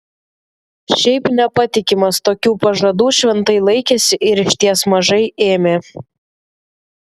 šiaip nepatikimas tokių pažadų šventai laikėsi ir išties mažai ėmė